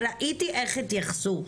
ראיתי איך התייחסו,